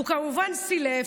הוא כמובן סילף.